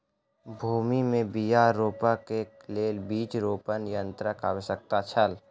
भूमि में बीया रोपअ के लेल बीज रोपण यन्त्रक आवश्यकता छल